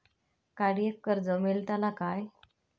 गाडयेक कर्ज मेलतला काय?